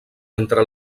entre